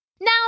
Now